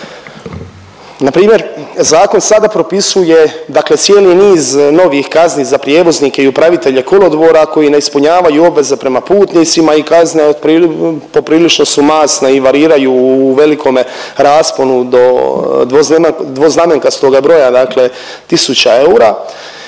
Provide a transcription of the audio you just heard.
Npr. zakon sada propisuje, dakle cijeli niz novih kazni za prijevoznike i upravitelje kolodvora koji ne ispunjavaju obveze prema putnicima i kazne poprilično su masne i variraju u velikome rasponu do dvoznamenkastoga broja, dakle tisuća eura